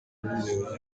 n’umuyobozi